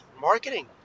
marketing